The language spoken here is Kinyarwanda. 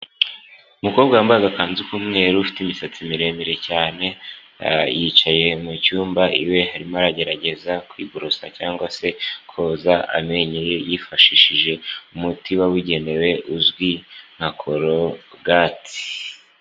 Umukobwa wambaye agakanzu k'umweru ufite imisatsi miremire cyane yicaye mucyumba iwe arimo aragerageza kwiborosa cyangwa se koza amenyo ye yifashishije umuti wabugenewe uzwi nka corogati.